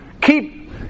Keep